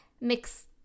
mix